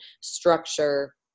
structure